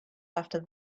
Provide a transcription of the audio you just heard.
after